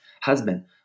husband